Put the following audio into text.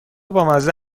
بامزه